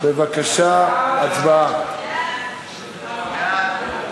ההצעה להעביר את הצעת חוק העיצובים,